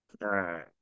right